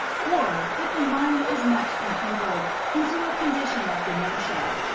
or, if the mind is much enfeebled, into a condition of dementia.